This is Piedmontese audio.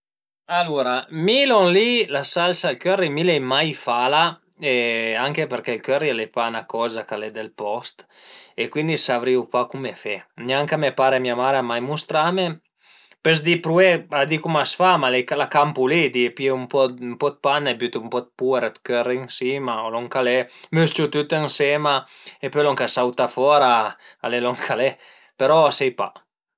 Alura mi lon li la salsa al curry l'ai mai fala, anche përché ël curry al e pa 'na coza ch'al dël post e cuindi savrìu pa cume fe, gnanche me pare e mia mare al an mai mustrame, pös pruvé a di cum a s'fa, ma la campu li, pìu ën po dë panna e bütu ën po dë puer dë curry ën sima o lon ch'al e, mës-ciu tüt ënsema e pöi lon ch'a sauta fora al e lon ch'al e, però sai pa